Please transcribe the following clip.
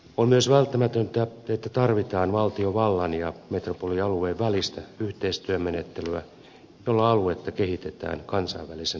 on myös välttämätöntä että tarvitaan valtiovallan ja metropolialueen välistä yhteistyömenettelyä jolla aluetta kehitetään kansainvälisenä keskuksena